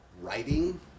writing